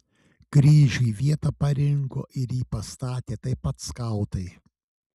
kryžiui vietą parinko ir jį pastatė taip pat skautai